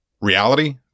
reality